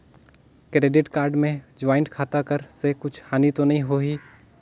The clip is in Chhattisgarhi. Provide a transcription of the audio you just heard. क्रेडिट कारड मे ज्वाइंट खाता कर से कुछ हानि तो नइ होही?